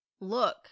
Look